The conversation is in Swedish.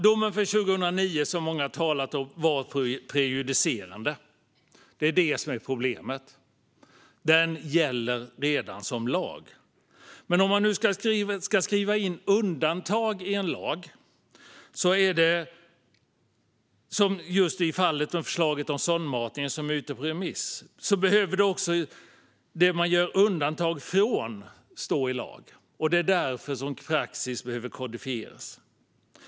Domen från 2009, som många talat om, var prejudicerande. Det är problemet. Den gäller redan som lag. Om man nu ska skriva in undantag i en lag, som just är fallet med förslaget om sondmatning som är ute på remiss, behöver det som man gör undantag från stå i lag. Det är därför som praxis behöver kodifieras.